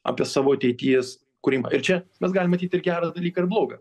apie savo ateities kūrimą ir čia mes galim matyti ir gerą dalyką ir blogą